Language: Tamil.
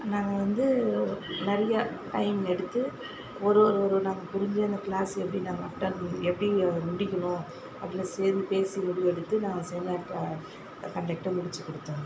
நாங்கள் வந்து நிறைய டைம் எடுத்து ஒரு ஒரு ஒரு நாங்கள் புரிஞ்சு அந்த க்ளாஸ் எப்படிலாம் கரெக்டாக இருக்கணும் எப்படி அதை முடிக்கணும் அப்டிலாம் சேர்ந்து பேசு முடிவெடுத்து நாங்கள் செமினார் க்ளா கண்டக்ட்டை முடித்து கொடுத்தோம்